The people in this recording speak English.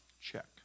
Check